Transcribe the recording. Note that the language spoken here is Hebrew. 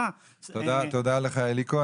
תודה לך אליקו.